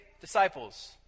Disciples